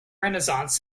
renaissance